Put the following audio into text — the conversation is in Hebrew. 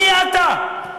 מי אתה?